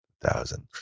thousand